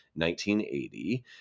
1980